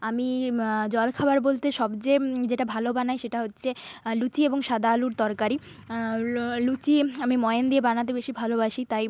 আমি জলখাবার বলতে সবচেয়ে যেটা ভালো বানাই সেটা হচ্ছে লুচি এবং সাদা আলুর তরকারি ল লুচি আমি ময়ান দিয়ে বানাতে বেশি ভালোবাসি তাই